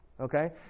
okay